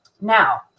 Now